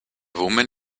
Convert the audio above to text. woman